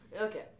Okay